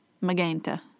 Magenta